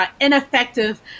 ineffective